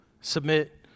submit